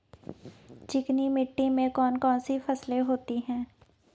चिकनी मिट्टी में कौन कौन सी फसलें होती हैं?